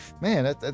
man